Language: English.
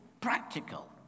practical